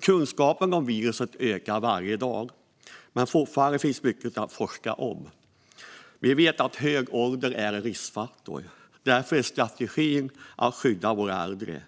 Kunskapen om viruset ökar varje dag, men fortfarande finns det mycket att forska om. Vi vet att hög ålder är en riskfaktor, och därför är strategin att skydda våra äldre.